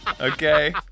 Okay